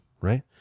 right